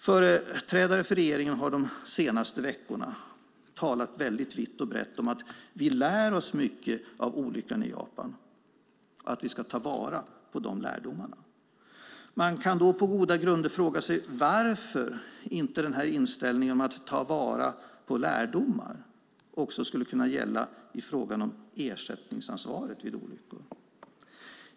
Företrädare för regeringen har de senaste veckorna talat vitt och brett om att vi lär oss mycket av olyckan i Japan och att vi ska ta vara på de lärdomarna. Man kan då på goda grunder fråga sig varför inte den här inställningen, om att ta vara på lärdomar, också skulle kunna gälla i fråga om ersättningsansvaret vid olyckor.